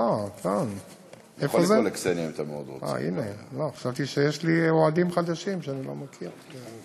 אה, חשבתי שיש לי אוהדים חדשים שאני לא מכיר.